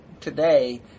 today